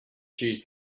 choose